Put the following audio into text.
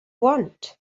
want